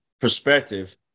perspective